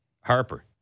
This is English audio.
Harper